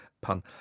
pun